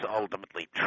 ultimately